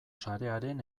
sarearen